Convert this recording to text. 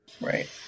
Right